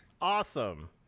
Awesome